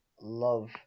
love